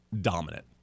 dominant